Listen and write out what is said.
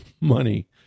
money